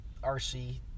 RC